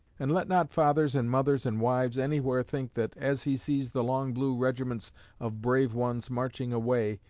and let not fathers and mothers and wives anywhere think that as he sees the long blue regiments of brave ones marching away,